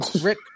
Rick